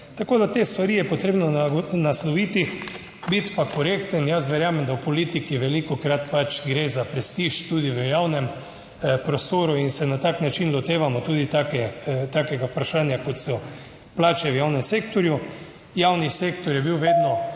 Tako da te stvari je potrebno nasloviti. Biti pa korekten, jaz verjamem, da v politiki velikokrat pač gre za prestiž, tudi v javnem prostoru in se na tak način lotevamo tudi take, takega vprašanja kot so plače v javnem sektorju. Javni sektor je bil vedno